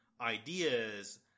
ideas